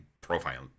profile